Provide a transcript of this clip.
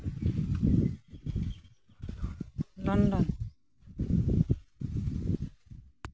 London